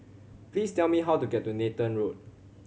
please tell me how to get to Nathan Road